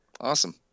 Awesome